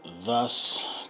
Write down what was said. Thus